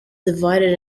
divided